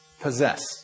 possess